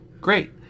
Great